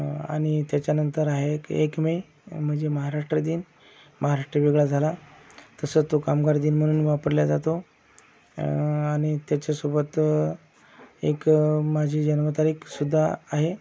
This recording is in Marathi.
आणि त्याच्यानंतर आहे एक मे म्हणजे महाराष्ट्र दिन महाराष्ट्र वेगळा झाला तसं तो कामगार दिन म्हणून वापरला जातो आणि त्याच्यासोबत एक माझी जन्म तारीख सुद्धा आहे